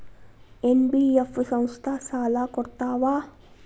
NBF ಸಂಸ್ಥಾ ಸಾಲಾ ಕೊಡ್ತಾವಾ?